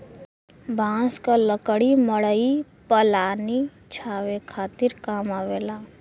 बांस क लकड़ी मड़ई पलानी छावे खातिर काम आवेला